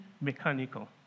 mechanical